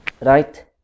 right